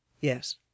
Yes